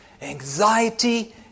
anxiety